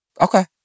Okay